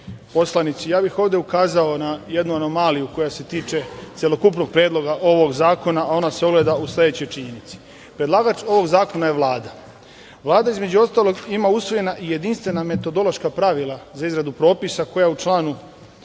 ja bih ovde ukazao na jednu anomaliju koja se tiče celokupnog predloga ovog zakona, a ona se ogleda u sledećoj činjenici. Predlagač ovog zakona je Vlada. Vlada između ostalog ima usvojena i jedinstvena metodološka pravila za izradu propisa koja u članu